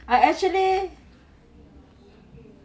I actually